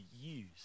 use